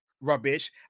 rubbish